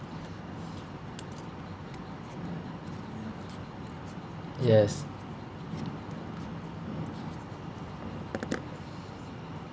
yes